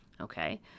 Okay